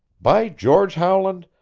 by george, howland,